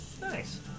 Nice